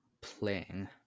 playing